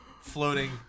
floating